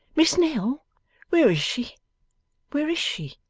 miss nell where is she where is she